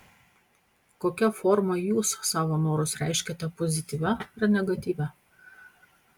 kokia forma jūs savo norus reiškiate pozityvia ar negatyvia